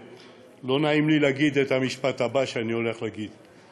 לא נעים לי להגיד את המשפט הבא שאני הולך להגיד,